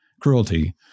cruelty